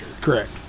Correct